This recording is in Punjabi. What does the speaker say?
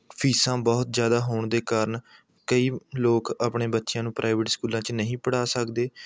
ਫ਼ੀਸਾਂ ਬਹੁਤ ਜ਼ਿਆਦਾ ਹੋਣ ਦੇ ਕਾਰਨ ਕਈ ਲੋਕ ਆਪਣੇ ਬੱਚਿਆਂ ਨੂੰ ਪ੍ਰਾਈਵੇਟ ਸਕੂਲਾਂ 'ਚ ਨਹੀਂ ਪੜ੍ਹਾ ਸਕਦੇ